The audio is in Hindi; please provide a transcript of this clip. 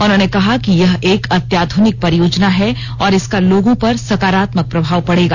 उन्होंने कहा कि यह एक अत्यानध्रनिक परियोजना है और इसका लोगों पर सकारात्मक प्रभाव पडेगा